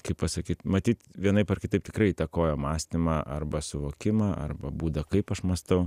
kaip pasakyt matyt vienaip ar kitaip tikrai įtakojo mąstymą arba suvokimą arba būdą kaip aš mąstau